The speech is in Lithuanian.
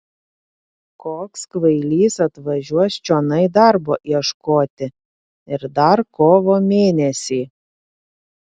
koks kvailys atvažiuos čionai darbo ieškoti ir dar kovo mėnesį